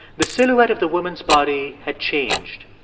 the silhouette of the woman's body had changed.